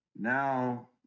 Now